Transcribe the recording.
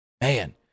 Man